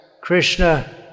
Krishna